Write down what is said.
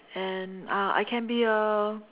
and uh I can be a